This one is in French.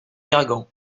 gargan